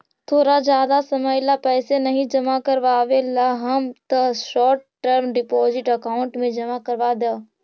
तोरा जादा समय ला पैसे नहीं जमा करवावे ला हव त शॉर्ट टर्म डिपॉजिट अकाउंट में जमा करवा द